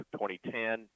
2010